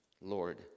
Lord